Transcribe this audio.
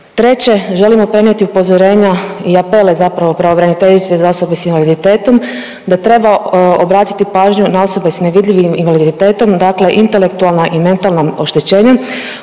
Treće želimo prenijeti upozorenja i apele zapravo pravobraniteljici za osobe s invaliditetom da treba obratiti pažnju na osobe s nevidljivim invaliditetom, dakle intelektualna i mentalna oštećenja